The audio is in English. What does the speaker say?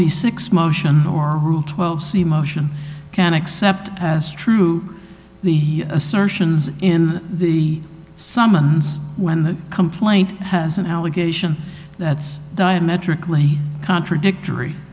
be six motion or twelve so emotion can accept as true the assertions in the summons when the complaint has an allegation that's diametrically contradictory